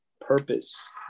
purpose